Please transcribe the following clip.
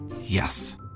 Yes